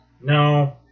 No